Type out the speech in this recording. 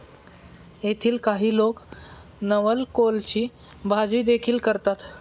येथील काही लोक नवलकोलची भाजीदेखील करतात